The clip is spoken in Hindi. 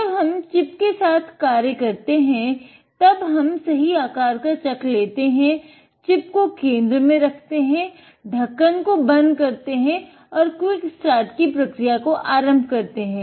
जब हम chip के साथ कार्य करते हैं तब हम सही आकार का चक लेते हैं chip को केंद्र में रखते हैं ढक्कन को बंद करते हैं और क्विक स्टार्ट की प्रक्रिया को आरम्भ करते हैं